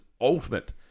Ultimate